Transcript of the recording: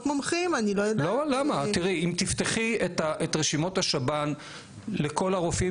אם תפתחי את רשימות השב"ן לכל הרופאים